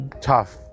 tough